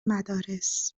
مدارس